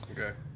Okay